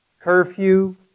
curfew